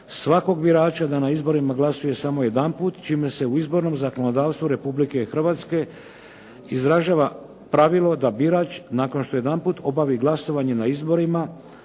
svakog birača da na izborima glasuje samo jedanput čime se u izbornom zakonodavstvu Republike Hrvatske izražava pravilo da birač nakon što jedanput obavi glasovanje na izborima,